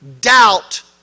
doubt